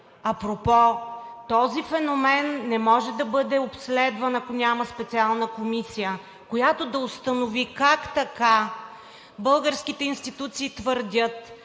Апропо, този феномен не може да бъде обследван, ако няма специална комисия, която да установи как така българските институции твърдят,